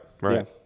right